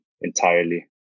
entirely